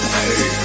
Hey